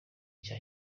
cya